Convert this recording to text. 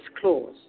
clause